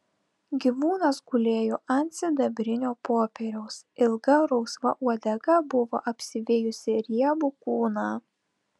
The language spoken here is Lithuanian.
gyvūnas gulėjo ant sidabrinio popieriaus ilga rausva uodega buvo apsivijusi riebų kūną